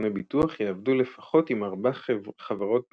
סוכני ביטוח יעבדו לפחות עם ארבע חברות במקביל,